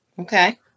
Okay